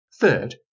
Third